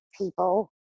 people